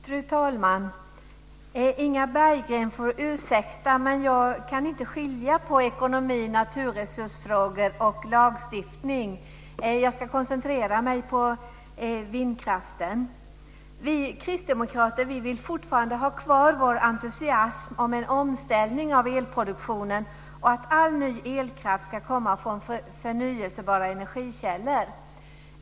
Fru talman! Inga Berggren får ursäkta, men jag kan inte skilja på ekonomi, naturresursfrågor och lagstiftning. Jag ska koncentrera mig på vindkraften. Vi kristdemokrater vill fortfarande ha kvar vår entusiasm när det gäller en omställning av elproduktionen och att all ny elkraft ska komma från förnyelsebara energikällor.